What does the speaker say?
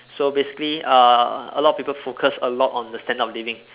so basically uh a lot of people focus a lot on the standard of living